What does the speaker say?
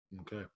Okay